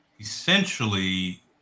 essentially